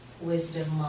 wisdom